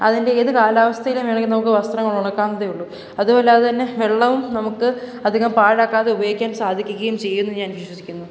അതിൻ്റെ ഏത് കാലാവസ്ഥയിലും വേണമെങ്കിൽ നമുക്ക് വസ്ത്രങ്ങൾ ഉണക്കാവുന്നതേയുള്ളു അതുമല്ലാതെ തന്നെ വെള്ളവും നമുക്ക് അധികം പാഴാക്കാതെ ഉപയോഗിക്കാൻ സാധിക്കുകയും ചെയ്യുമെന്ന് ഞാൻ വിശ്വസിക്കുന്നു